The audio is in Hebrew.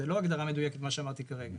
זאת לא הגדרה מדויקת מה שאמרתי כרגע.